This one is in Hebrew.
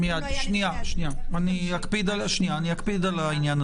נשאיר להם לפרט אותו.